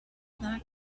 that